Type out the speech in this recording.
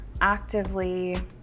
actively